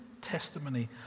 testimony